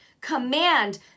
command